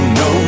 no